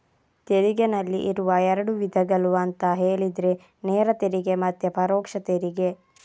ತೆರಿಗೆನಲ್ಲಿ ಇರುವ ಎರಡು ವಿಧಗಳು ಅಂತ ಹೇಳಿದ್ರೆ ನೇರ ತೆರಿಗೆ ಮತ್ತೆ ಪರೋಕ್ಷ ತೆರಿಗೆ